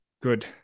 Good